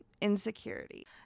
insecurity